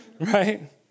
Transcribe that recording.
Right